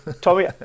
Tommy